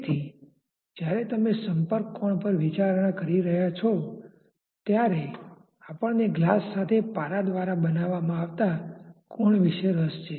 તેથી જ્યારે તમે સંપર્ક કોણ પર વિચારણા કરી રહ્યાં છો ત્યારે આપણને ગ્લાસ સાથે પારા દ્વારા બનાવવામાં આવતા કોણ વિશે રસ છે